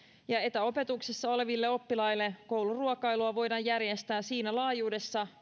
ja etäopetuksessa oleville oppilaille kouluruokailua voidaan järjestää siinä laajuudessa